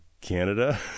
Canada